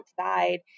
outside